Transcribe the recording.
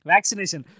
Vaccination